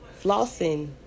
flossing